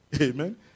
Amen